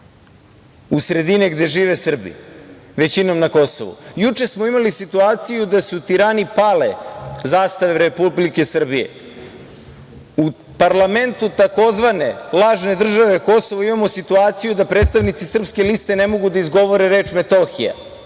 u sredine gde većinom žive Srbi na Kosovu. Juče smo imali situaciju da se u Tirani pale zastave Republike Srbije. U parlamentu takozvane lažne države Kosovo imamo situaciju da predstavnici Srpske liste ne mogu da izgovore reč Metohija,